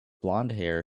blondhair